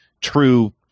true